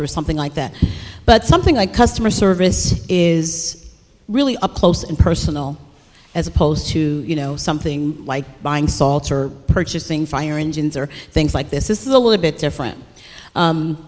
or something like that but something like customer service is really up close and personal as opposed to you know something like buying salts or purchasing fire engines or things like this is the way bit different